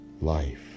life